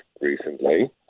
recently